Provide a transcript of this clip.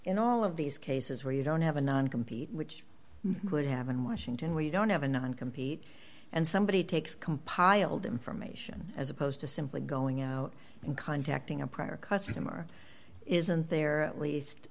in all of these cases where you don't have a non compete which would have in washington we don't have a non compete and somebody takes compiled information as opposed to simply going out and contacting a prior customer isn't there at least